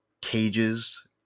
cages